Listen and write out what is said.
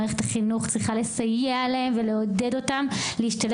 מערכת החינוך צריכה לסייע עליהם ולעודד אותם להשתלב